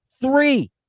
three